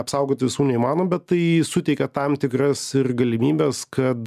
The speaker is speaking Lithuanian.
apsaugoti visų neįmanoma bet tai suteikia tam tikras ir galimybes kad